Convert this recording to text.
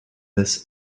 this